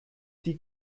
die